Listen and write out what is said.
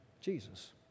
Jesus